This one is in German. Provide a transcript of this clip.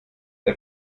der